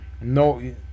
No